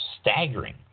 staggering